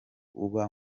uba